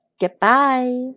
Goodbye